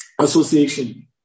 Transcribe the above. association